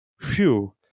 phew